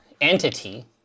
entity